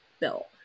bill